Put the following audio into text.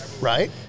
right